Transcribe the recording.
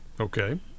Okay